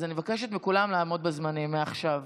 אז אני מבקשת מכולם לעמוד בזמנים מעכשיו.